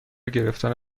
گرفتن